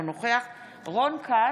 אינו נוכח רון כץ,